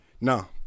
No